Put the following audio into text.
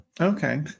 Okay